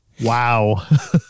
wow